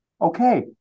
Okay